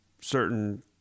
certain